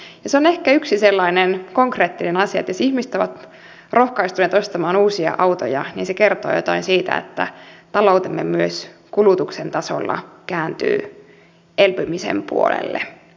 se on ehkä yksi sellainen konkreettinen asia että jos ihmiset ovat rohkaistuneet ostamaan uusia autoja niin se kertoo joitain siitä että taloutemme myös kulutuksen tasolla kääntyy elpymisen puolelle